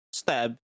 Stab